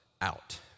out